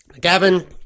Gavin